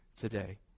today